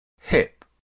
hip